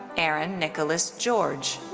aaron nicholas george.